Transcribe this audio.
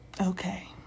Okay